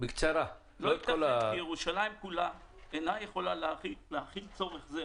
"לא ייתכן שירושלים כולה אינה יכולה להכיל צורך זה",